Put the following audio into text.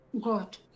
God